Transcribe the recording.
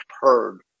heard